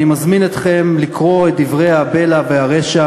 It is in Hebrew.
אני מזמין אתכם לקרוא את דברי הבלע והרשע